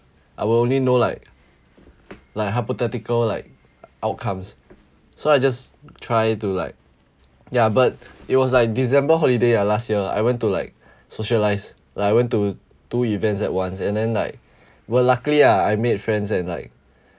I will only know like like hypothetical like outcomes so I just try to like ya but it was like december holiday ah last year I went to like socialise like I went to two events at once and then like well luckily I made friends and like